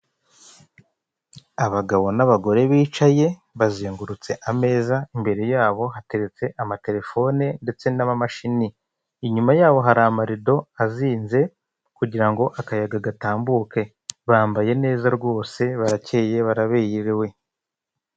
Abagabo n'abagore bicaye bazengurutse ameza imbere yabo hateretse amatelefone ndetse n'amamashini inyuma yabo hari amarido azinze kugira ngo akayaga gatambuke, bambaye neza rwose barakeye barabebewe.